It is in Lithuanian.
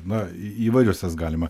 na įvairius juos galima